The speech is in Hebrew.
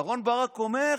אהרן ברק אומר: